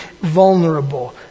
vulnerable